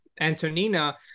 Antonina